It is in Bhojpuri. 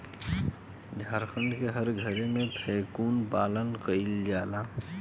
झारखण्ड के हर घरे में कोकून पालन कईला जाला